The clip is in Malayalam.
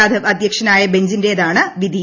യാദവ് അദ്ധ്യക്ഷനായ ബെഞ്ചിന്റേതാണ് വിധി